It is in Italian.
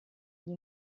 gli